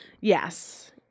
Yes